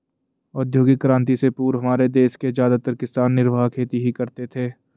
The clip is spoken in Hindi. औद्योगिक क्रांति से पूर्व हमारे देश के ज्यादातर किसान निर्वाह खेती ही करते थे